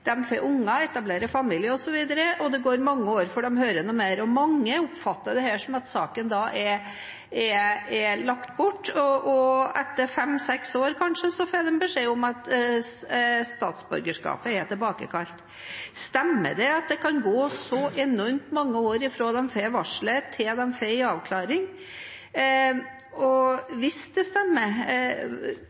får unger, etablerer familie osv., og det går mange år før de hører noe mer. Mange oppfatter dette som at saken da er lagt bort, men etter kanskje fem–seks år får de beskjed om at statsborgerskapet er tilbakekalt. Stemmer det at det kan gå så enormt mange år fra de får varselet til de får en avklaring? Og hvis det stemmer,